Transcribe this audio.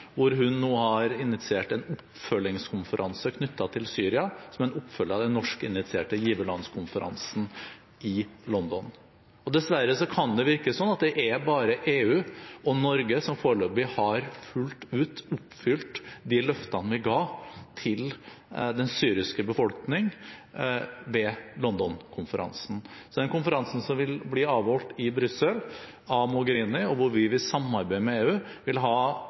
hvor hun nå har initiert en oppfølgingskonferanse knyttet til Syria, som en oppfølging av den norsk-initierte giverlandskonferansen i London. Dessverre kan det virke som om det er bare EU og Norge som foreløpig har fullt ut oppfylt de løftene vi ga til den syriske befolkningen ved London-konferansen. Den konferansen som vil bli avholdt i Brussel av Mogherini, og hvor vi vil samarbeide med EU, vil ha